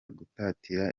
gutatira